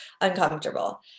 uncomfortable